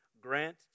grant